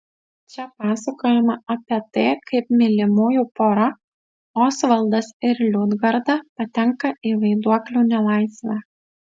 čia pasakojama apie tai kaip mylimųjų pora osvaldas ir liudgarda patenka į vaiduoklių nelaisvę